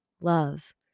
Love